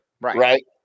right